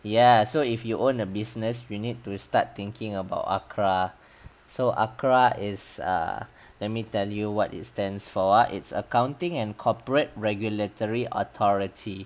ya so if you own a business you need to start thinking about ACRA so ACRA is err let me tell you what it stands for ah it's accounting and corporate regulatory authority